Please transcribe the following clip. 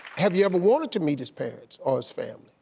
have you ever wanted to meet his parents, or his family?